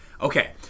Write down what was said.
Okay